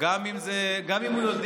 גם אם הוא יודע